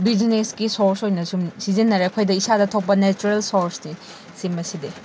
ꯕꯤꯖꯤꯅꯦꯁꯀꯤ ꯁꯣꯔꯁ ꯑꯣꯏꯅ ꯁꯨꯝ ꯁꯤꯖꯤꯟꯅꯔ ꯑꯩꯈꯣꯏꯗ ꯏꯁꯥꯗ ꯊꯣꯛꯄ ꯅꯦꯆꯔꯦꯜ ꯁꯣꯔꯁꯅꯤ ꯁꯤ ꯃꯁꯤꯗꯤ